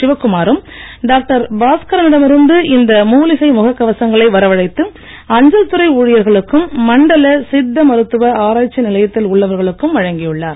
சிவக்குமாரும் doctor பாஸ்கரனிடம் இருந்து இந்த மூலிகை முகக் கவசங்களை வரவழைத்து அஞ்சல் துறை ஊழியர்களுக்கும் மண்டல சித்த மருத்துவ ஆராய்ச்சி நிலையத்தில் உள்ளவர்களுக்கும் வழங்கியுள்ளார்